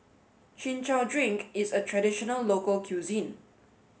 Chin Chow Drink is a traditional local cuisine